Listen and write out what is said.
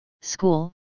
school